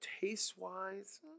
taste-wise